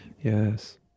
Yes